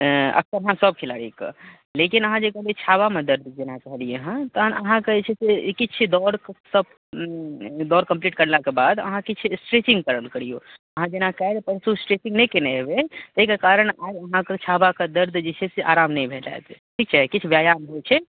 अऽ अक्सरहाँ सभ खेलाड़ीके लेकिन अहाँ जे कहलियै छावामे दर्द जेना कहलियैहँ तहन अहाँके जे छै से किछु दौड़ सभ दौड़ कम्प्लीट करलाके बाद अहाँ किछु स्ट्रेचिंग करल करियौ अहाँ जेना काल्हि परसू स्ट्रेचिंग नहि केने हेबै तै के कारण आइ अहाँके छावाके दर्द जे छै से आराम नहि भेटैत ठीक छै किछु व्यायाम होइ छै